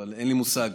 אבל אין לי מושג.